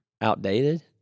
outdated